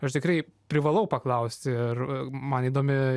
aš tikrai privalau paklausti ir man įdomi